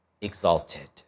exalted